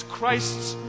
Christ's